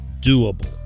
doable